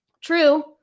True